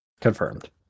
Confirmed